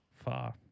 Far